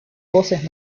voces